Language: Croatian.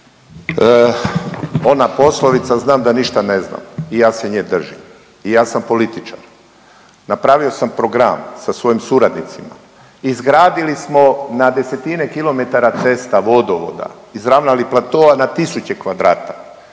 Ona poslovica znam ništa ne znam i ja se nje držim i ja sam političar. Napravio sam program sa svojim suradnicima, izgradili smo na desetine kilometara cesta, vodovoda, izravnali platoa na tisuće kvadrata,